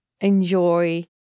enjoy